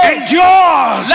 endures